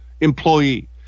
employee